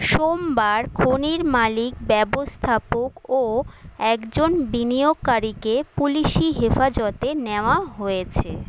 সোমবার খনির মালিক ব্যবস্থাপক ও একজন বিনিয়োগকারীকে পুলিশি হেফাজতে নেওয়া হয়েছে